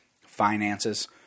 Finances